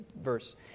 verse